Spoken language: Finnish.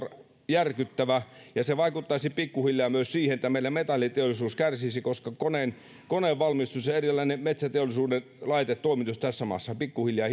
järkyttävä ja se vaikuttaisi pikkuhiljaa myös siihen että meillä metalliteollisuus kärsisi koska koneiden koneiden valmistus ja erilaiset metsäteollisuuden laitetoimitukset tässä maassa pikkuhiljaa